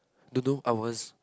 don't know I was